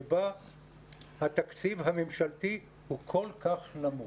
שבה התקציב הממשלתי הוא כל כך נמוך.